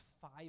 five